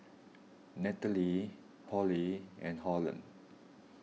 Nataly Pollie and Holland